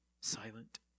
silent